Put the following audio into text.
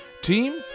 Team